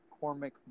Cormac